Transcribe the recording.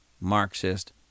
Marxist